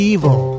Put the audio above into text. Evil